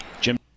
Jim